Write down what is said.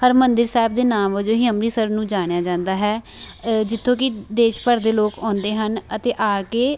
ਹਰਿਮੰਦਰ ਸਾਹਿਬ ਦੇ ਨਾਮ ਵਜੋਂ ਹੀ ਅੰਮ੍ਰਿਤਸਰ ਨੂੰ ਜਾਣਿਆ ਜਾਂਦਾ ਹੈ ਜਿੱਥੋਂ ਕਿ ਦੇਸ਼ ਭਰ ਦੇ ਲੋਕ ਆਉਂਦੇ ਹਨ ਅਤੇ ਆ ਕੇ